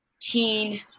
teen